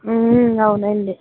అవునండి